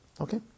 Okay